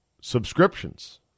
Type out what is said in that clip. Subscriptions